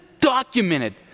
documented